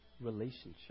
Relationship